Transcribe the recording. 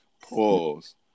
Pause